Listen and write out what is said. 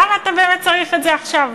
למה אתה צריך את זה עכשיו?